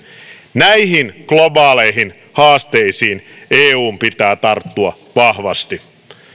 näihin globaaleihin haasteisiin eun pitää tarttua vahvasti